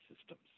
systems